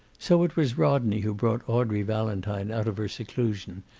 so it was rodney who brought audrey valentine out of her seclusion,